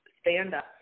stand-up